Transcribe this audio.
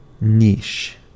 niche